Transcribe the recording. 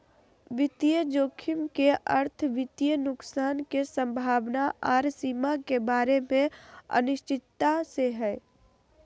वित्तीय जोखिम के अर्थ वित्तीय नुकसान के संभावना आर सीमा के बारे मे अनिश्चितता से हय